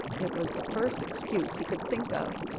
it was the first excuse he could think of.